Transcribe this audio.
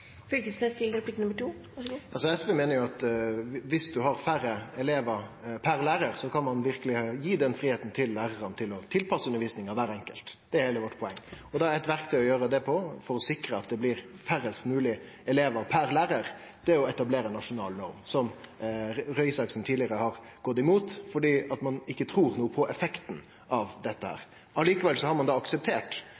SV meiner at om ein har færre elevar per lærar, kan ein verkeleg gi lærarane den fridomen til å tilpasse undervisninga kvar enkelt. Det er heile poenget vårt. Og da er eit verktøy for å sikre at det blir færrast mogleg elevar per lærar, å etablere ei nasjonal norm, som Røe Isaksen tidlegare har gått imot fordi ein ikkje trur noko på effekten av dette.